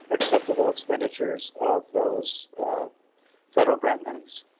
acceptable expenditures of those federal grant monies.